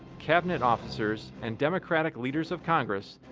cabinet officers, and democratic leaders of congress,